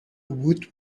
woot